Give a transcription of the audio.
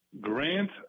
Grant